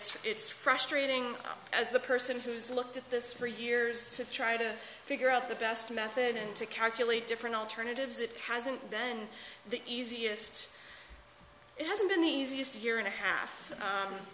it's it's frustrating as the person who's looked at this for years to try to figure out the best method and to calculate different alternatives that hasn't then the easiest it hasn't been the easiest year and a half